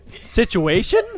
situation